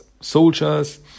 soldiers